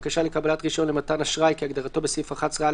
בקשה לקבלת רשיון למתן אשראי כהגדרתו בסעיף 11א